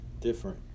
Different